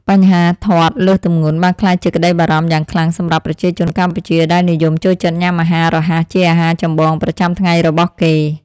បញ្ហាធាត់លើសទម្ងន់បានក្លាយជាក្តីបារម្ភយ៉ាងខ្លាំងសម្រាប់ប្រជាជនកម្ពុជាដែលនិយមចូលចិត្តញ៉ាំអាហាររហ័សជាអាហារចម្បង ប្រចាំថ្ងៃរបស់គេ។